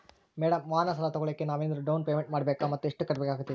Madam ವಾಹನ ಸಾಲ ತೋಗೊಳೋಕೆ ನಾವೇನಾದರೂ ಡೌನ್ ಪೇಮೆಂಟ್ ಮಾಡಬೇಕಾ ಮತ್ತು ಎಷ್ಟು ಕಟ್ಬೇಕಾಗ್ತೈತೆ?